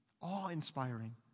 awe-inspiring